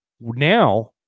now